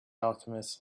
alchemist